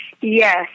Yes